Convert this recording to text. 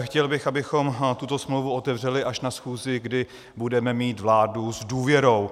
Chtěl bych, abychom tuto smlouvu otevřeli až na schůzi, kdy budeme mít vládu s důvěrou.